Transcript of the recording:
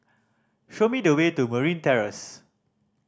show me the way to Marine Terrace